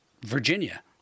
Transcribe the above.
Virginia